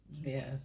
Yes